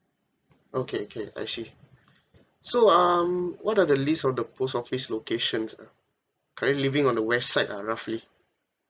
okay okay I see so um what are the list of the post office locations ah currently living on the west side ah roughly